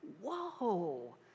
whoa